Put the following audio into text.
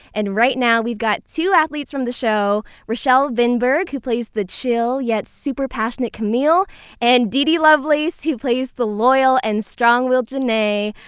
and right now, we've got two athletes from the show rachelle vineberg, who plays the chill, yet super passionate camille and dede lovelace, who plays the loyal and strong-willed janay.